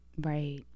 Right